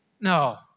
No